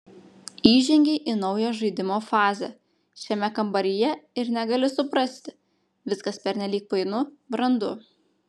įžengei į naują žaidimo fazę šiame kambaryje ir negali suprasti viskas pernelyg painu brandu